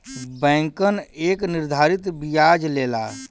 बैंकन एक निर्धारित बियाज लेला